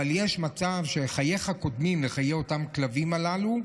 אבל יש מצב שחייך קודמים לחיי אותם הכלבים הללו.